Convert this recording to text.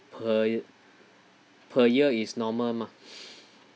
per y~ per year is normal mah